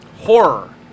horror